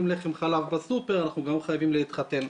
לחם וחלב בסופר אנחנו גם חייבים להתחתן.